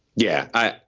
yeah,